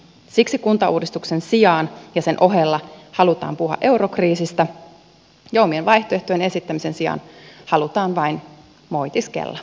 siksi kuntauudistuksen sijaan ja sen ohella halutaan puhua eurokriisistä ja omien vaihtoehtojen esittämisen sijaan halutaan vain moitiskella hallitusta